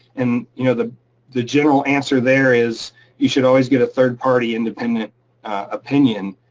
and you know the the general answer there is you should always get a third party, independent opinion.